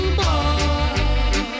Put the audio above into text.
boy